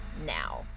Now